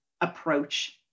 approach